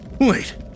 Wait